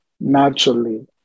naturally